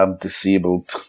disabled